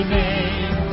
name